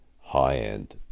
high-end